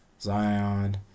Zion